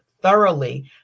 thoroughly